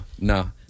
no